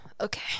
Okay